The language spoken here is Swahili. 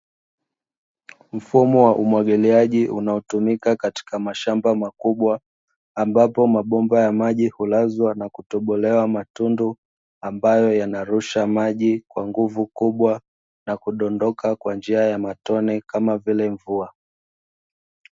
Mfumo wa umwagiliaji unaotumika katika mashamba makubwa, ambapo mabomba ya maji hulazwa na kutobolewa matundu ambayo yanarusha maji kwa nguvu kubwa na kudondoka kwa njia ya matone kama vile mvua.